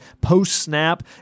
post-snap